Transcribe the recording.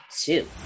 two